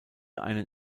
einen